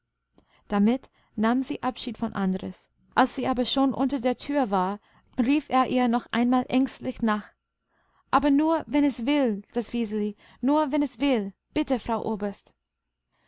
damit nahm sie abschied von andres als sie aber schon unter der tür war rief er ihr noch einmal ängstlich nach aber nur wenn es will das wiseli nur wenn es will bitte frau oberst